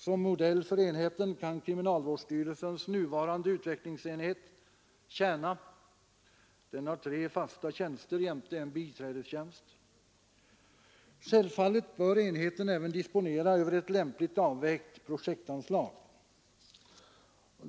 Som modell för enheten kan kriminalvårdsstyrelsens nuvarande utvecklingsenhet tjäna. Den har tre fasta tjänster jämte en biträdestjänst. Självfallet bör enheten även disponera över ett lämpligt avvägt projektanslag.